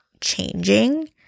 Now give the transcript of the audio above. changing